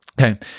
Okay